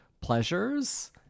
pleasures